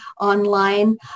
online